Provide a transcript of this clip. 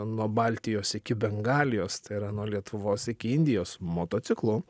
nuo baltijos iki bengalijos tai yra nuo lietuvos iki indijos motociklu